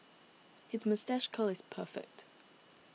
his moustache curl is perfect